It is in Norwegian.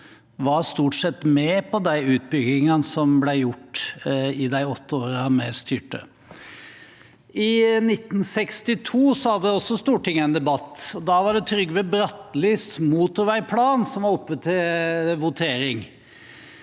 var stort sett med på de utbyggingene som ble gjort i de åtte årene vi styrte. I 1962 hadde også Stortinget en debatt, og da var det Trygve Brattelis motorveiplan som var oppe til votering.